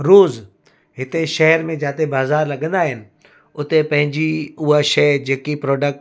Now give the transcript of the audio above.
रोज़ु हिते शहर में जाते बाज़ारि लॻंदा आहिनि उते पंहिंजी उहा शइ जेकी प्रोडक्ट